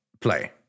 play